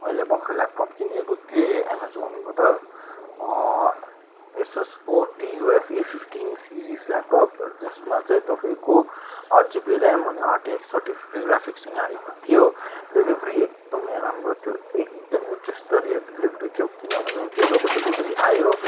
मैले भखर्र ल्यापटप किनेको थिएँ एमाजोनबाट S S four T U F A fifteen series laptop जसमा चाहिँ तपाईँको आठ जिबी ऱ्याम अनि आरटिएक्स थर्टी थ्री ग्राफिक्ससँग आएको थियो डेलिभरी एकदमै राम्रो थियो एकदमै उच्च स्तरीय डेलिभरी थियो किनभने त्यो जब डेलिभरी आयो